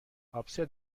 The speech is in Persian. آبسه